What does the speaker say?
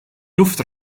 luft